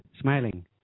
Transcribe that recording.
smiling